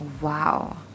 Wow